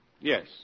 Yes